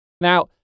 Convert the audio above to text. Now